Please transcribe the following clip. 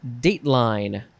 dateline